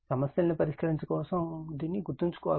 సమస్యలను పరిష్కరించుట కొరకు దీనిని గుర్తుంచుకోవాలి